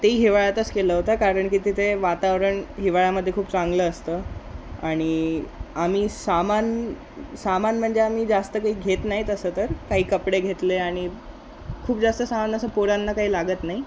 ते ही हिवाळ्यातच केला होता कारण की तिथे वातावरण हिवाळ्यामध्ये खूप चांगलं असतं आणि आम्ही सामान सामान म्हणजे आम्ही जास्त काही घेत नाही तसं तर काही कपडे घेतले आणि खूप जास्त सामान असं पोरांना काही लागत नाही